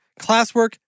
classwork